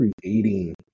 creating